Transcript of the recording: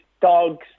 dogs